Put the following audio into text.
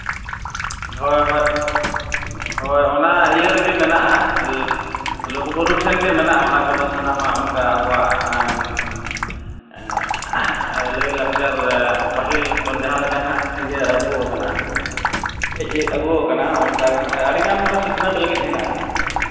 ᱦᱳᱭ ᱦᱳᱭ ᱦᱳᱭ ᱚᱱᱟ ᱤᱭᱟᱹ ᱨᱮᱜᱮ ᱢᱮᱱᱟᱜᱼᱟ ᱞᱩᱜᱩᱼᱵᱩᱨᱩ ᱴᱷᱮᱱᱜᱮ ᱢᱮᱱᱟᱜᱼᱟ ᱚᱱᱟ ᱠᱚᱫᱚ ᱥᱟᱱᱟᱢᱟᱜ ᱚᱱᱠᱟ ᱟᱵᱚᱣᱟᱜ ᱞᱟᱹᱭᱼᱞᱟᱠᱪᱟᱨ ᱯᱟᱹᱦᱤᱞ ᱠᱷᱚᱱ ᱡᱟᱦᱟᱸ ᱞᱮᱠᱟ ᱱᱟᱦᱟᱜ ᱤᱭᱟᱹ ᱟᱹᱜᱩ ᱟᱠᱟᱱᱟ ᱦᱮᱡ ᱟᱹᱜᱩ ᱟᱠᱟᱱᱟ ᱚᱱᱠᱟᱜᱮ ᱱᱟᱦᱟᱜ ᱚᱸᱰᱮ ᱟᱹᱰᱤᱜᱟᱱ ᱢᱟᱱᱮ ᱥᱤᱠᱷᱟᱱᱟᱹᱛ ᱞᱟᱹᱜᱤᱫ ᱦᱮᱱᱟᱜᱼᱟ ᱱᱟᱦᱟᱜ